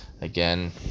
Again